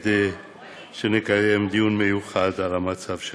כדי שנקיים דיון מיוחד על המצב שלהם.